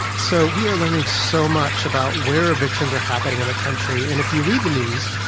so we are learning so much about where evictions are happening in the country. and if you read the news,